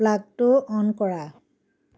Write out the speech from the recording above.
প্লাগটো on কৰা